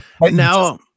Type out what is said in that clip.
Now